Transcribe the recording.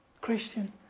Christian